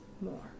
More